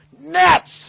nets